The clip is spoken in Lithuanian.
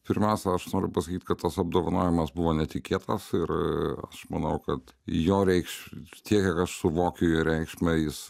pirmiausia aš noriu pasakyt kad tas apdovanojimas buvo netikėtas ir aš manau kad jo reikš tiek kiek aš suvokiu jo reikšmę jis